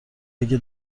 اگه